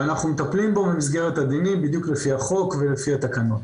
ואנחנו מטפלים בו במסגרת הדינים בדיוק לפי החוק ולפי התקנות.